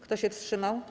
Kto się wstrzymał?